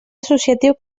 associatiu